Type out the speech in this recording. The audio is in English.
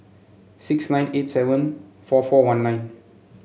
six nine eight seven four four one nine